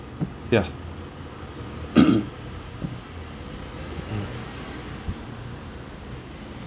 ya